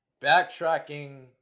Backtracking